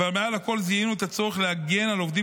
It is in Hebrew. אבל מעל הכול זיהינו את הצורך להגן על עובדים